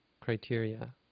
criteria